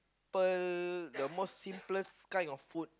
~ple the most simplest kind of food